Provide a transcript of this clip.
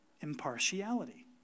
impartiality